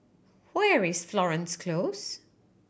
where is Florence Close